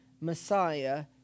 Messiah